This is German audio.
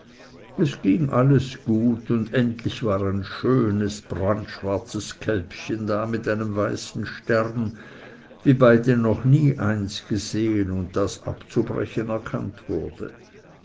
es ging alles gut und endlich war ein schönes brandschwarzes kälbchen da mit einem weißen stern wie beide noch nie eins gesehen und das abzubrechen erkannt wurde